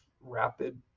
rapid